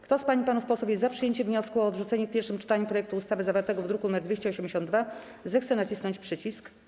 Kto z pań i panów posłów jest za przyjęciem wniosku o odrzucenie w pierwszym czytaniu projektu ustawy zawartego w druku nr 282, zechce nacisnąć przycisk.